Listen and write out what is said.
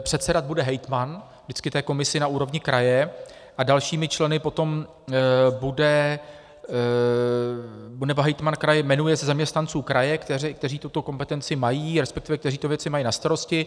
Předsedat bude hejtman vždycky té komisi na úrovni kraje a dalšími členy potom... nebo hejtman kraje jmenuje ze zaměstnanců kraje, kteří tuto kompetenci mají, resp. kteří tyto věci mají na starosti.